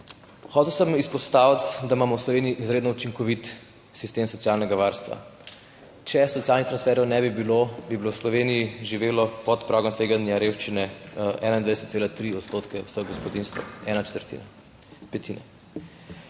Hotel sem izpostaviti, da imamo v Sloveniji izredno učinkovit sistem socialnega varstva. Če socialnih transferjev ne bi bilo, bi v Sloveniji živelo pod pragom tveganja revščine 21,3 % odstotka vseh gospodinjstev, ena